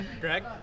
Greg